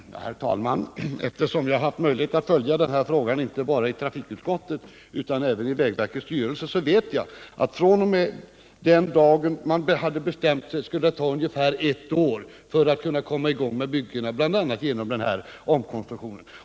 Herr talman! Eftersom jag haft möjlighet att följa denna fråga inte bara i trafikutskottet utan även i vägverkets styrelse vet jag att det från den dag man hade bestämt sig skulle det ta ungefär ett år för att komma i gång med byggnadsarbetena, under vilken tid man kunnat klara den aktuella omkonstruktionen.